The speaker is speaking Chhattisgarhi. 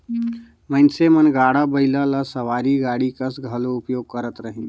मइनसे मन गाड़ा बइला ल सवारी गाड़ी कस घलो उपयोग करत रहिन